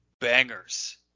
bangers